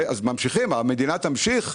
אז, ממשיכים, המדינה תמשיך,